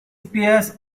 peers